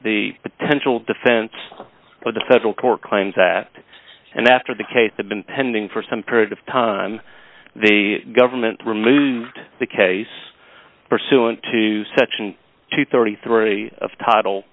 the potential defense by the federal court claims that and after the case had been pending for some period of time the government removed the case pursuant to section two thirty three